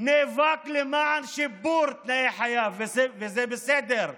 נאבק למען שיפור תנאי חייו, וזה בסדר,